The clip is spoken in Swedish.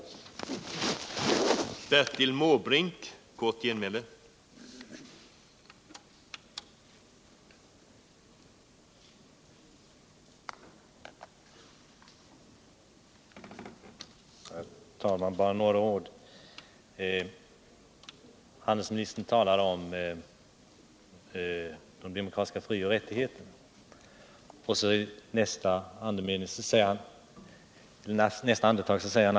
amerikanska utvecklingsbanken